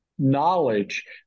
knowledge